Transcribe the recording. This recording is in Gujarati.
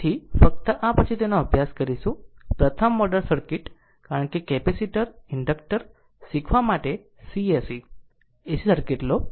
તેથી ફક્ત આ પછી તેનો અભ્યાસ કરીશું પ્રથમ ઓર્ડર સર્કિટ કારણ કે કેપેસિટર ઇન્ડક્ટર્સ શીખવા માટે અને c se AC સર્કિટ લો